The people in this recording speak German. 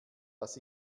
dass